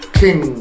king